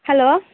hello